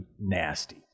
nasty